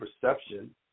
perception